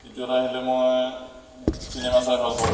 দ্বিতীয়তে আহিলে মই চিনেমা চাই ভাল পাওঁ